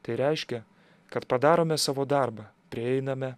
tai reiškia kad padarome savo darbą prieiname